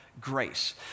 grace